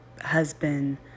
husband